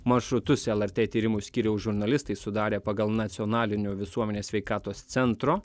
maršrutus lrt tyrimų skyriaus žurnalistai sudarė pagal nacionalinio visuomenės sveikatos centro